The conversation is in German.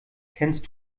kennst